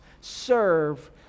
serve